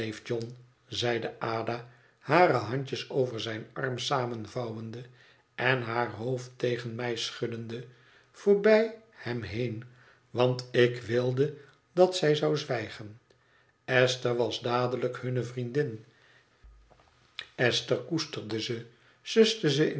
zeide ada hare handjes over zijn arm samenvouwende en haar hoofd tegen mij schuddende voorbij hem heen want ik wilde dat zij zou zwijgen esther was dadelijk hunne vriendin esther